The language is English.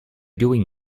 doing